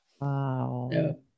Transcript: Wow